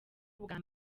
ubwa